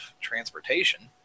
transportation